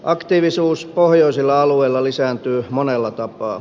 aktiivisuus pohjoisilla alueilla lisääntyy monella tapaa